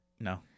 No